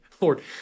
Lord